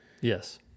yes